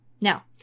Now